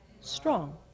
strong